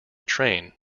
train